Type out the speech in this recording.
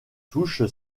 touche